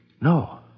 No